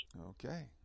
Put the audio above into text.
okay